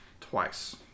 twice